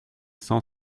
cent